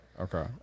Okay